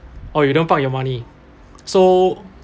oh you don't park your money so